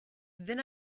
then